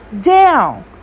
down